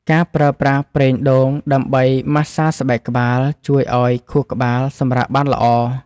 ការប្រើប្រាស់ប្រេងដូងដើម្បីម៉ាស្សាស្បែកក្បាល ជួយឱ្យខួរក្បាលសម្រាកបានល្អ។